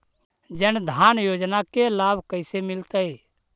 जन धान योजना के लाभ कैसे मिलतै?